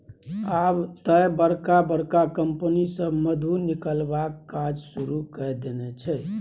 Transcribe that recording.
आब तए बड़का बड़का कंपनी सभ मधु निकलबाक काज शुरू कए देने छै